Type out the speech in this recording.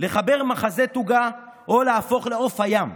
לחבר מחזה תוגה או להפוך לעוף הים,